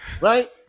right